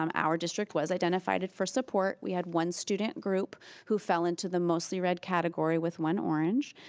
um our district was identified it for support. we had one student group who fell into the mostly red category with one orange.